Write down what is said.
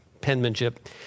penmanship